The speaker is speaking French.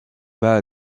bas